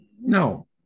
No